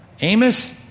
Amos